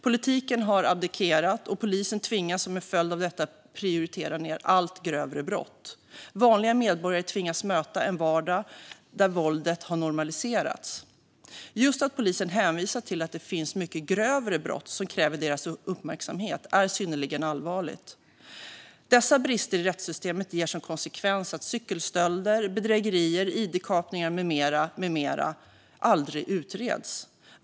Politiken har abdikerat, och polisen tvingas som en följd av detta prioritera ned allt grövre brott. Vanliga medborgare tvingas möta en vardag där våldet har normaliserats. Just att polisen hänvisar till att det finns mycket grövre brott som kräver deras uppmärksamhet är synnerligen allvarligt. Dessa brister i rättssystemet ger som konsekvens att cykelstölder, bedrägerier, id-kapningar och mycket mer aldrig utreds.